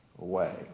away